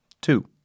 Two